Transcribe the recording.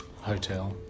hotel